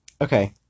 Okay